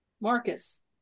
Marcus